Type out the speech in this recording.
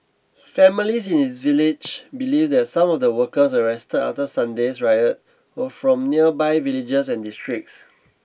families in his village believe that some of the workers arrested after Sunday's riot were from nearby villages and districts